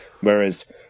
whereas